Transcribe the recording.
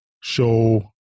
show